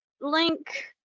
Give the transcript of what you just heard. Link